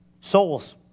Souls